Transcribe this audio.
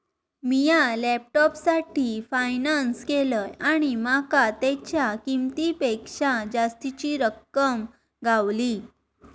मिया लॅपटॉपसाठी फायनांस केलंय आणि माका तेच्या किंमतेपेक्षा जास्तीची रक्कम गावली